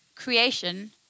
creation